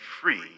Free